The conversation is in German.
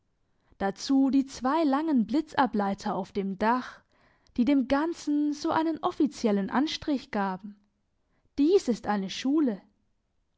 dazu die zwei langen blitzableiter auf dem dach die dem ganzen so einen offiziellen anstrich gaben dies ist eine schule